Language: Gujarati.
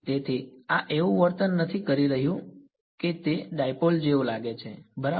તેથી આ એવું વર્તન કરી રહ્યું છે કે તે ડાઇપોલ જેવું લાગે છે બરાબર